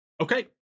Okay